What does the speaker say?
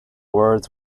words